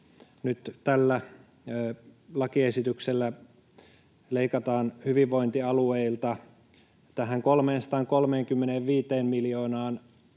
nyt tällä lakiesityksellä leikataan hyvinvointialueilta, 335 miljoonaan,